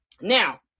Now